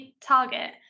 target